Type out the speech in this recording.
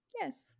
Yes